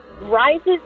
rises